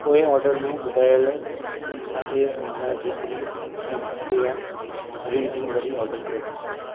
पोएं ऑडर में ॿुधायल साॻे मक़दार जेतिरी एम्पेरिया ग्रीन टी वरी ऑडर कयो